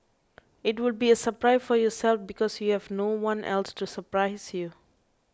it will be a surprise for yourself because you have no one else to surprise you